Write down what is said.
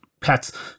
pets